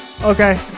Okay